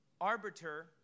arbiter